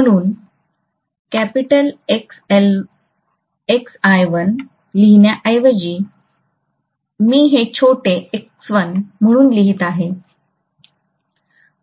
म्हणून capital Xl1 लिहिण्याऐवजी मी हे छोटे X1 म्हणून लिहित आहे